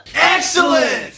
Excellent